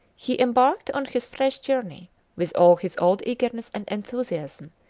he embarked on his fresh journey with all his old eagerness and enthusiasm,